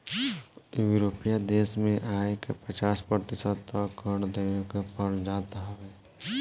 यूरोपीय देस में आय के पचास प्रतिशत तअ कर देवे के पड़ जात हवे